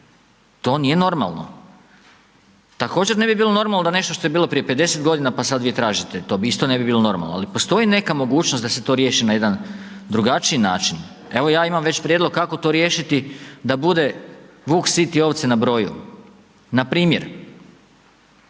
To nije normalno. Također ne bi bilo normalno da nešto što je bilo prije 50 g. pa sada vi tražite, to isto ne bi bilo normalno, ali postoji neka mogućnost da se to riješi na jedan drugačiji način. Evo ja imam već prijedlog kako to riješiti, da bude vuk siti i ovce na broju, npr.